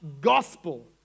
gospel